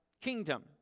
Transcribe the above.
kingdom